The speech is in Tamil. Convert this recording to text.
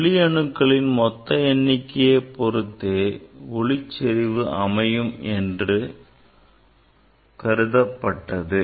ஒளியணுக்களின் மொத்த எண்ணிக்கையை பொறுத்தே ஒளி செறிவு அமையும் என்று கருதப்பட்டது